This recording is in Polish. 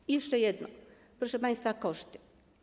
I jeszcze jedno, proszę państwa - koszty.